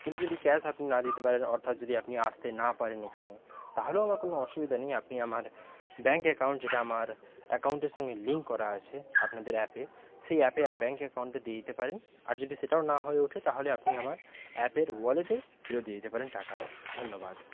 কিন্তু যদি ক্যাশ আপনি না দিতে পারেন অর্থাৎ যদি আপনি আসতে না পারেন এখানে তাহলেও আমার কোনো অসুবিধা নেই আপনি আমার ব্যাংক অ্যাকাউন্ট যেটা আমার অ্যাকাউন্টের সঙ্গে লিংক করা আছে আপনাদের অ্যাপে সেই অ্যাপে ব্যাংক অ্যাকাউন্টে দিয়ে দিতে পারেন আর যদি সেটাও না হয়ে ওঠে তাহলে আপনি আমার অ্যাপের ওয়ালেটে ফেরত দিয়ে দিতে পারেন টাকাটা ধন্যবাদ